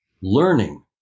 learning